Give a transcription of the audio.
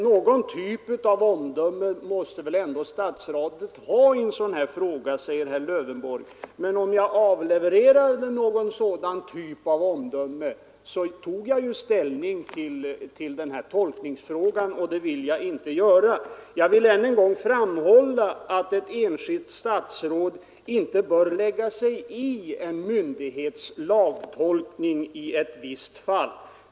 Någon typ av omdöme måste statsrådet väl ändå ha i en sådan här fråga, säger herr Lövenborg. Men om jag avlevererade ”någon typ av omdöme” tog jag ju ställning till tolkningsfrågan i det här fallet, och det vill jag inte göra. Jag vill än en gång framhålla att ett enskilt statsråd inte bör lägga sig i en myndighets lagtolkning i ett visst fall.